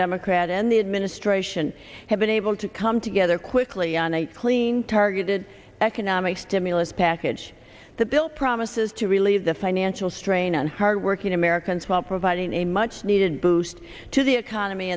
democrat in the administration have been able to come together quickly on a clean targeted economic stimulus package the bill promises to relieve the financial strain on hardworking americans while providing a much needed boost to the economy